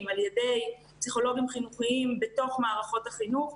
על ידי פסיכולוגים חינוכיים בתוך מערכות החינוך,